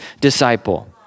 disciple